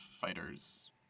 fighters